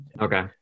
okay